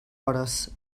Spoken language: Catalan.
hores